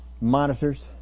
monitors